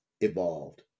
evolved